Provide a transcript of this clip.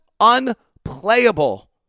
unplayable